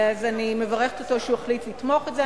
אז אני מברכת אותו שהוא החליט לתמוך בזה.